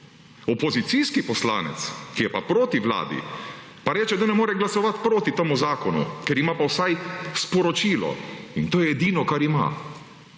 opozicijski poslanec, ki je pa proti vladi, pa reče, da ne more glasovati proti temu zakonu, ker ima pa vsaj sporočilo – in to je edino kar ima,